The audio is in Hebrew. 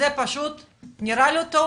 זה נראה לא טוב.